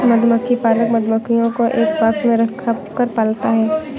मधुमक्खी पालक मधुमक्खियों को एक बॉक्स में रखकर पालता है